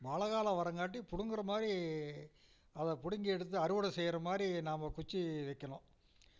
மழைக்காலம் வரங்காட்டியும் பிடுங்குறமாரி அதை பிடுங்கி எடுத்து அறுவடை செய்கிறமாரி நாம் குச்சி வைக்கணும்